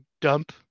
dump